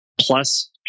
plus